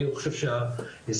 ואני חושב שההסכם,